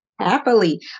Happily